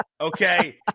Okay